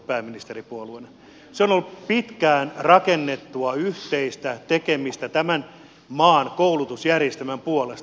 se on ollut pitkään rakennettua yhteistä tekemistä tämän maan koulutusjärjestelmän puolesta